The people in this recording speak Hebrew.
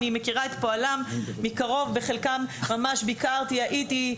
אני מכירה את פועלם מקרוב בחלקם ממש ביקרתי הייתי,